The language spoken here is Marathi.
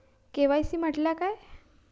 के.वाय.सी म्हटल्या काय?